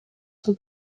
son